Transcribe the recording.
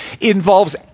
involves